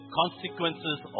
consequences